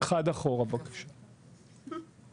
בעוד שהחיילות והחיילים שמשרתים במשטרת ישראל הם רק 7% מכוח האדם,